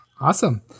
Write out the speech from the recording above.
Awesome